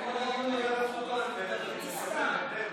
זה סתם, פשוט,